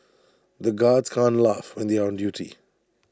the guards can't laugh when they are on duty